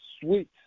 sweet